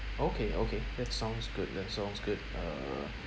okay okay that sounds good that sounds good err